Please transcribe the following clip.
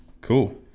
Cool